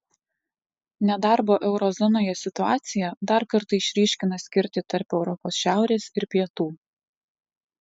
nedarbo euro zonoje situacija dar kartą išryškina skirtį tarp europos šiaurės ir pietų